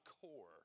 core